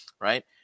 Right